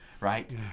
right